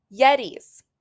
Yetis